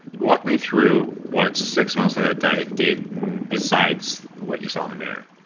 walk me through what six months of that diet did besides what you saw in the mirror?